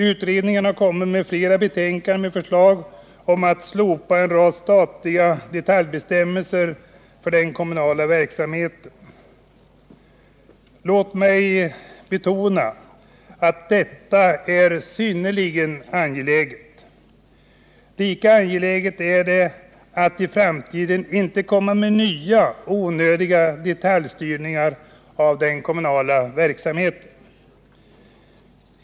Utredningen har lagt fram flera betänkanden med förslag om att slopa en rad statliga delbestämmelser för den kommunala verksamheten. Låt mig betona att detta är synnerligen angeläget. Lika angeläget är det att i framtiden inte införa nya onödiga detaljstyrningar av den kommunala verksamheten.